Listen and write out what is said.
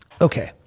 Okay